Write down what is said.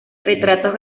retratos